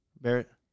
Barrett